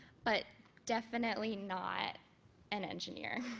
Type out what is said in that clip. but definitely not an engineer.